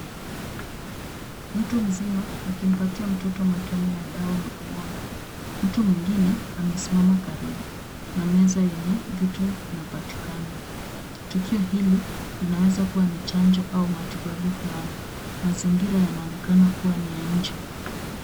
Mtu mzima, akimpatia mtoto matone ya dawa mdomoni. Mtu mwingine, amesimama karibu na meza yenye vitu, inapatikana. Tukio hili, linaweza kuwa ni chanjo au matibabu fulani. Mazingira yanaonekana kuwa ni ya nje.